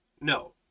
no